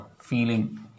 feeling